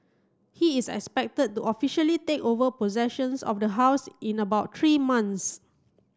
he is expected to officially take over possessions of the house in about three months